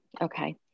Okay